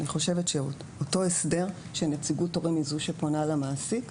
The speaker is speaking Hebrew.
אני חושבת שאותו הסדר שנציגות הורים היא זו שפונה למעסיק,